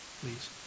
please